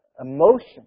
emotion